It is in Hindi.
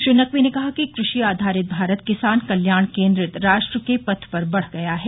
श्री नकवी ने कहा कि कृषि आधारित भारत किसान कल्याण केन्द्रित राष्ट्र के पथ पर बढ़ गया है